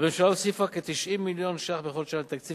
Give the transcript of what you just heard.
הממשלה הוסיפה כ-90 מיליון שקלים בכל שנה לתקציב